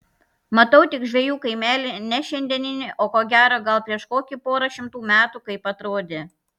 matau tik žvejų kaimelį ne šiandieninį o ko gero gal prieš kokį porą šimtų metų kaip atrodė